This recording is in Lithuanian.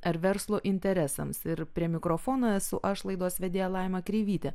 ar verslo interesams ir prie mikrofono esu aš laidos vedėja laima kreivytė